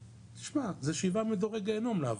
תשמע, זה שבעה מדורי גיהינום לעבור.